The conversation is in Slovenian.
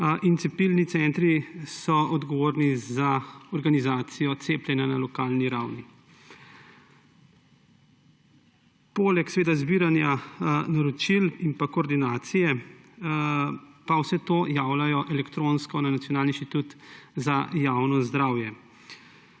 Cepilni centri so odgovorni za organizacijo cepljenja na lokalni ravni. Poleg zbiranja naročil in koordinacije vse to javljajo elektronsko na Nacionalni inštitut za javno zdravje.